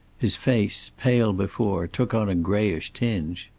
his face, pale before, took on a grayish tinge.